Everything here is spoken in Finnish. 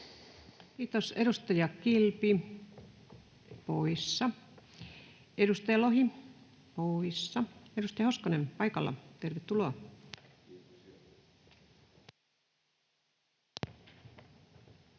Kiitos. — Edustaja Kilpi, poissa. Edustaja Lohi, poissa. — Edustaja Hoskonen, paikalla. Tervetuloa! [Speech